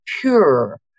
pure